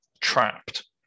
Trapped